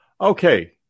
Okay